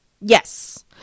Yes